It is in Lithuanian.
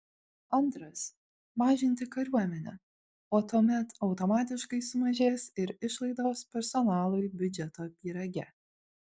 antras mažinti kariuomenę o tuomet automatiškai sumažės ir išlaidos personalui biudžeto pyrage